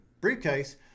briefcase